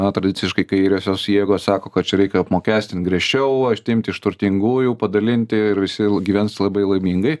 na tradiciškai kairiosios jėgos sako kad čia reikia apmokestint griežčiau atimt iš turtingųjų padalinti ir visi gyvens labai laimingai